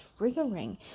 triggering